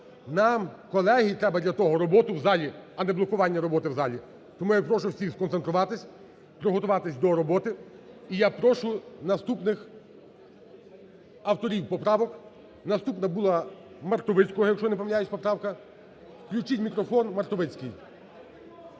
Нам, колеги, треба для того роботу в залі, а не блокування роботи в залі. Тому я прошу всіх сконцентруватись, приготуватись до роботи. І я прошу наступних авторів поправок, наступна була Мартовицького, якщо я не помиляюсь, поправка. Включіть мікрофон, Мартовицький.